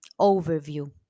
overview